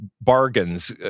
bargains